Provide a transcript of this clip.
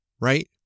right